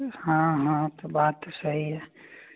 हाँ हाँ तो बात तो सही है